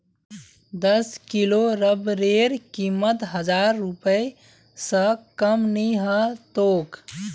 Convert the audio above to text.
दस किलो रबरेर कीमत हजार रूपए स कम नी ह तोक